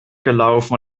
gelaufen